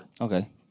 Okay